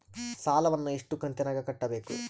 ಸಾಲವನ್ನ ಎಷ್ಟು ಕಂತಿನಾಗ ಕಟ್ಟಬೇಕು?